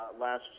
last